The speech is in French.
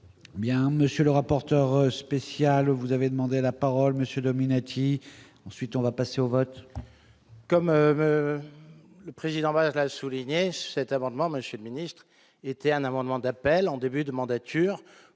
Bien, monsieur le rapporteur spécial où vous avez demandé la parole monsieur Dominati, ensuite on va passer au vote. Comme le président leur a souligné cet amendement Monsieur le Ministre, était un amendement d'appel en début de mandature